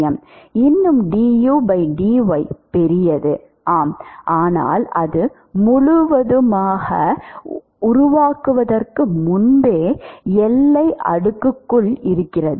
இன்னும் du dy பெரியது ஆம் ஆனால் அது முழுவதுமாக உருவாக்குவதற்கு முன்பே எல்லை அடுக்குக்குள் இருக்கிறது